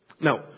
Now